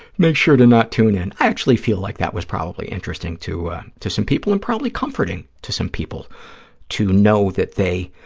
sure to not tune in. i actually feel like that was probably interesting to to some people, and probably comforting to some people to know that they